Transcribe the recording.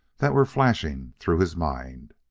that were flashing through his mind.